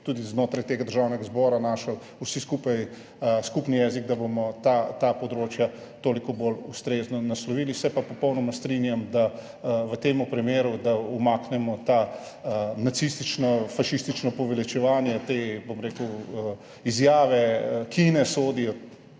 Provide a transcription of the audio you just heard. tudi znotraj Državnega zbora našli skupaj skupni jezik, da bomo ta področja toliko bolj ustrezno naslovili. Se pa popolnoma strinjam v tem primeru, da umaknemo to nacistično, fašistično poveličevanje, te, bom rekel, izjave, ki popolnoma